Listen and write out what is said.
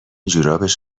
جورابش